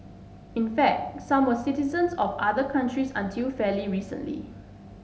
in fact some were citizens of other countries until fairly recently